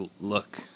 look